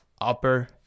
upper